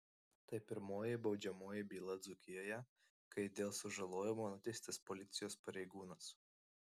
tai pirmoji baudžiamoji byla dzūkijoje kai dėl sužalojimo nuteistas policijos pareigūnas